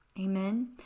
Amen